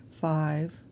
five